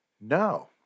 No